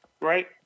right